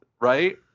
right